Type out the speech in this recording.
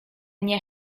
nie